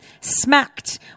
smacked